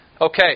Okay